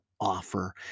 offer